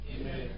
Amen